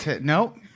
Nope